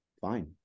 fine